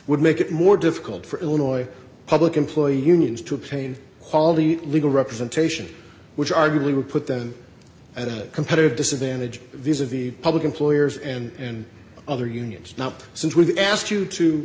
would make it more difficult for illinois public employee unions to obtain all the legal representation which arguably would put them at a competitive disadvantage these are the public employers and other unions not since we asked you to